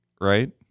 right